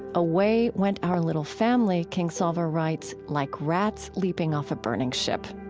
away went our little family, kingsolver writes, like rats leaping off a burning ship.